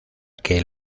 que